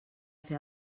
fer